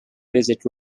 visit